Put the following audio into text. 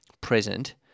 present